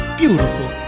beautiful